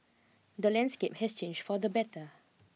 the landscape has changed for the better